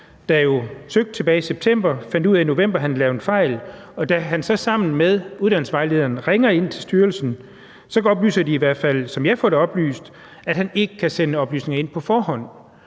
der søgte tilbage i september og i november fandt ud af, at han havde lavet en fejl, og da han så sammen med uddannelsesvejlederen ringer ind til styrelsen, oplyser de, i hvert fald som jeg får det oplyst, at han ikke kan sende oplysninger ind på forhånd.